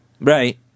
Right